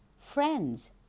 friends